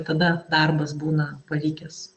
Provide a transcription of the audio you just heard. tada darbas būna pavykęs